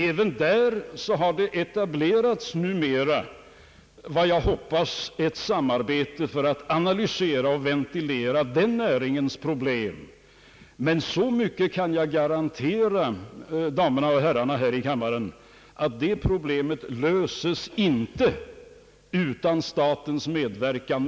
Även inom den näringen har numera etablerats ett samarbete för att analysera och ventilera problemen. Jag kan dock garantera damerna och herrarna här i kammaren att dessa problem inte löses utan statens medverkan.